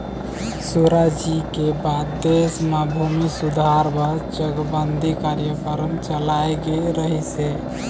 सुराजी के बाद देश म भूमि सुधार बर चकबंदी कार्यकरम चलाए गे रहिस हे